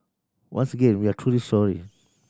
once again we are truly sorry